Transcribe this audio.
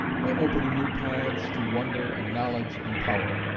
by opening new paths to wonder and knowledge and power.